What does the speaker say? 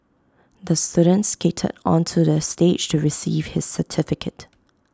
the student skated onto the stage to receive his certificate